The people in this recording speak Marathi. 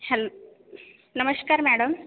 हॅल नमस्कार मॅडम